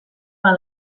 par